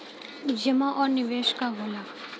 जमा और निवेश का होला?